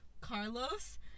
Carlos